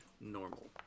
normal